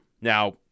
Now